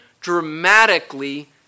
dramatically